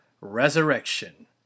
Resurrection